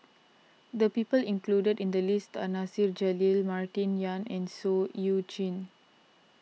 the people included in the list are Nasir Jalil Martin Yan and Seah Eu Chin